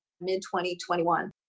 mid-2021